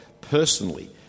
personally